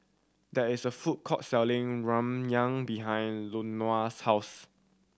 there is a food court selling Ramyeon behind Louanna's house